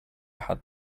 had